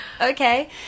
okay